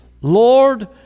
Lord